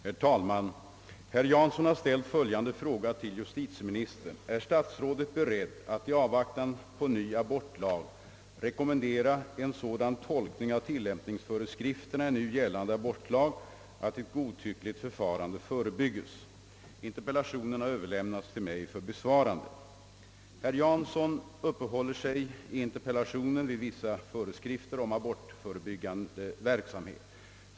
Herr talman! Herr Jansson har ställt följande fråga till justitieministern: »Är statsrådet beredd att i avvaktan på ny abortlag rekommendera en sådan tolkning av tillämpningsföreskrifterna i nu gällande abortlag att ett godtyckligt förfarande förebygges?» Interpellationen har överlämnats till mig för besvarande. Herr Jansson uppehåller sig i interpellationen vid vissa föreskrifter om abortförebyggande verksamhet.